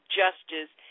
justice